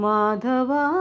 Madhava